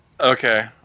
Okay